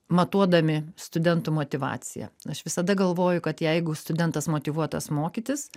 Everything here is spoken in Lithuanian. matuodami studentų motyvaciją aš visada galvoju kad jeigu studentas motyvuotas mokytis